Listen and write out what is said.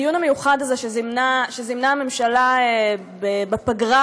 הדיון המיוחד הזה שזימנה הממשלה בפגרה,